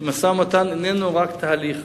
כי משא-ומתן איננו רק תהליך,